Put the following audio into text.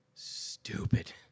Stupid